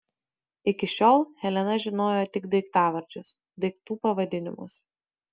iki šiol helena žinojo tik daiktavardžius daiktų pavadinimus